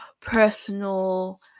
personal